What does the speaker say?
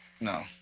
No